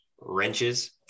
Wrenches